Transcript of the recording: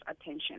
attention